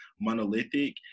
monolithic